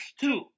two